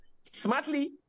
smartly